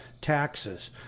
taxes